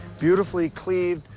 beautifully cleaved,